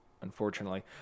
unfortunately